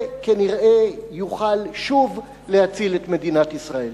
זה כנראה יוכל שוב להציל את מדינת ישראל.